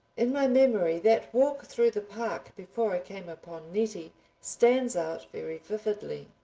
in my memory that walk through the park before i came upon nettie stands out very vividly.